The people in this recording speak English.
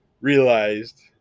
realized